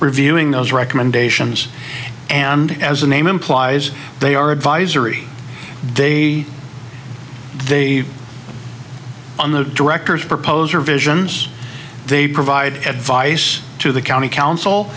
reviewing those recommendations and as the name implies they are advisory they they on the directors propose or visions they provide advice to the county council